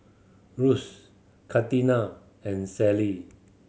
Russ Catina and Sally